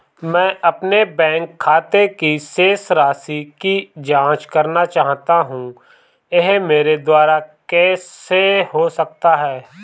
मैं अपने बैंक खाते की शेष राशि की जाँच करना चाहता हूँ यह मेरे द्वारा कैसे हो सकता है?